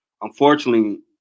Unfortunately